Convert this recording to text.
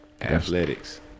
Athletics